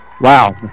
wow